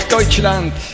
Deutschland